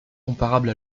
comparable